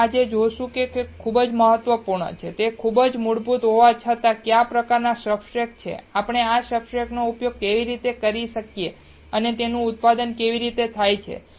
આપણે આજે જે જોયું છે તે ખૂબ જ મહત્વપૂર્ણ છે તે ખૂબ જ મૂળભૂત હોવા છતાં ત્યાં કયા પ્રકારનાં સબસ્ટ્રેટ્સ છે આપણે આ સબસ્ટ્રેટ્સનો ઉપયોગ કેવી રીતે કરી શકીએ અને તેનું ઉત્પાદન કેવી રીતે થાય છે